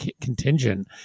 contingent